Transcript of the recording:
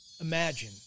Imagine